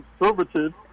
conservative